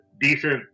decent